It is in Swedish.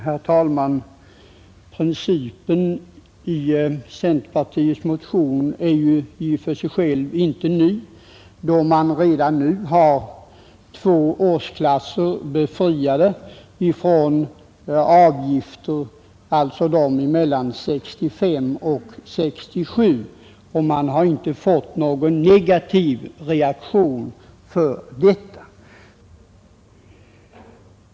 Herr talman! Principen i centerpartiets motion är ju inte ny, då man redan nu har vissa årsklasser befriade ifrån avgifter, nämligen emellan 65 och 67 år. Man har inte fått någon negativ reaktion för detta.